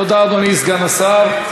תודה, אדוני סגן השר.